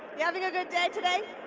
you having a good day today?